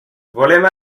volem